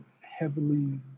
heavily